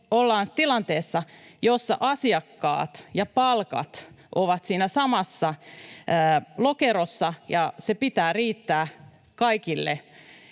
ollaan tilanteessa, jossa asiakkaat ja palkat ovat siinä samassa lokerossa ja sen pitää riittää kaikille.